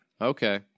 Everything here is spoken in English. Okay